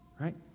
right